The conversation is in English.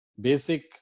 basic